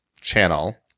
channel